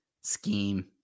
scheme